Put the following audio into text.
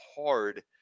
hard